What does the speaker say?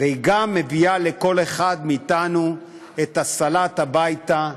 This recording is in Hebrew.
והיא גם מביאה לכל אחד מאתנו את הסלט הביתה,